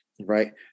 right